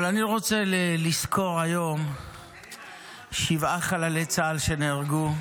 אבל אני רוצה לזכור היום שבעה חללי צה"ל שנהרגו.